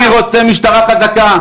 אני רוצה משטרה חזקה,